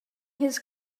his